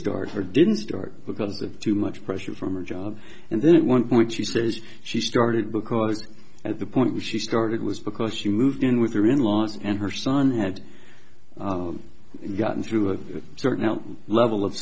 start her didn't start because of too much pressure from a job and then one point she says she started because at the point she started was because she moved in with her in laws and her son had gotten through a certain level of